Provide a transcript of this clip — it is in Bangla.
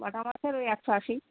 বাটা মাছের ওই একশো আশি